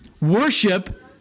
Worship